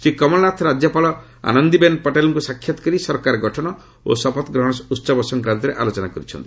ଶ୍ରୀ କମଲନାଥ ରାଜ୍ୟପାଳ ଆନନ୍ଦିବେନ୍ ପଟେଲଙ୍କୁ ସାକ୍ଷାତ୍ କରି ସରକାର ଗଠନ ଓ ଶପଥଗ୍ରହଣ ଉହବ ସଂକ୍ରାନ୍ତରେ ଆଲୋଚନା କରିଛନ୍ତି